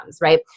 right